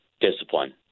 Discipline